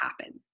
happen